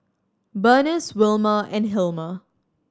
Bernice Wilmer and Hilmer